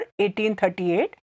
1838